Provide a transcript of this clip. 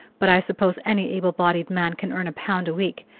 but i suppose any able-bodied man can earn a pound a week,